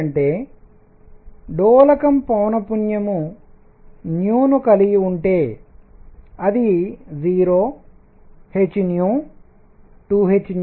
అంటే డోలకం పౌనఃపున్యం న్యూ ను కలిగి ఉంటే అది 0 h 2 h